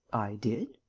i did?